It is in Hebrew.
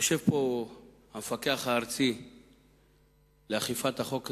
יושב פה המפקח הארצי לאכיפת החוק הזה,